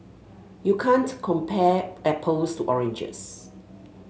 you can't compare apples to oranges